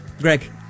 Greg